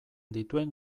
dituen